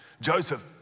Joseph